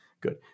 good